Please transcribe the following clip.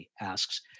asks